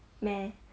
meh